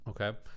Okay